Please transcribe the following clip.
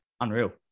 unreal